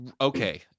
Okay